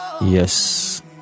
yes